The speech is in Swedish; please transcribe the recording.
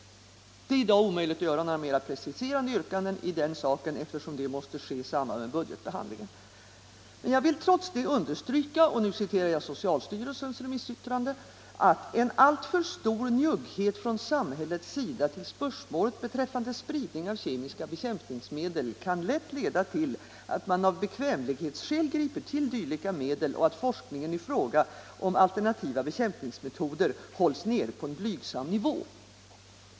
Det är i dag omöjligt att göra några mera preciserade yrkanden i denna sak, eftersom det måste ske i samband med budgetbehandlingen. Men jag vill trots detta understryka — och nu citerar jag socialstyrelsens remissyttrande — att ”en alltför stor njugghet från samhällets sida till spörsmålet beträffande spridning av kemiska bekämpningsmedel kan lätt leda till att man av bekvämlighetsskäl griper till dylika medel och att forskningen i fråga om alternativa bekämpningsmetoder hålls nere på en blygsam nivå”.